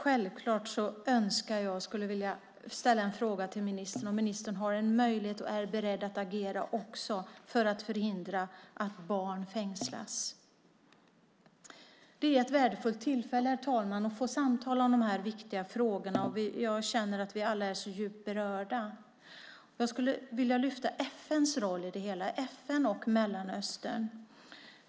Jag skulle vilja fråga om ministern har en möjlighet och är beredd att agera också för att förhindra att barn fängslas. Det är ett värdefullt tillfälle, herr talman, att få samtala om de här viktiga frågorna. Jag känner att vi alla är djupt berörda. Jag skulle vilja lyfta fram FN:s roll i det hela, FN och Mellanöstern.